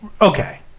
Okay